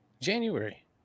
january